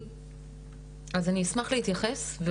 אז אני אשמח להתייחס.